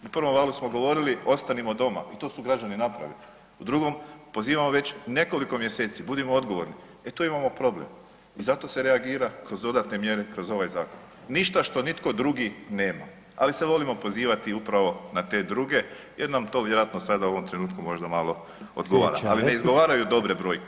U prvom valu smo govorili „ostanimo doma“ i to su građani napravili, u drugom pozivamo već nekoliko mjeseci „budimo odgovorni“, e tu imamo problem i zato se reagira kroz dodatne mjere kroz ovaj zakon, ništa što nitko drugi nema, ali se volimo pozivati upravo na te druge jer nam to vjerojatno sada u ovom trenutku možda malo odgovora, a ne izgovaraju dobre brojke.